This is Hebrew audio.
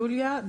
יוליה,